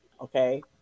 Okay